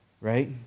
Right